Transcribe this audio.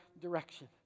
direction